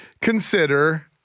consider